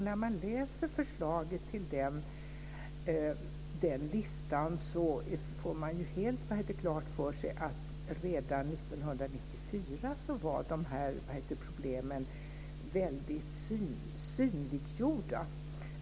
När man läser förslagen i listan får man helt klart för sig att de här problemen var väldigt synliggjorda redan 1994.